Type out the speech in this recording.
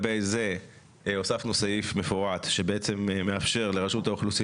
לגבי זה הוספנו סעיף מפורט שמאפשר לרשות האוכלוסין